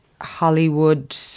Hollywood